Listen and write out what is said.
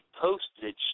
postage